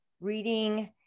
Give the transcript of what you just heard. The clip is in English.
reading